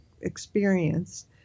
experienced